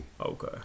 okay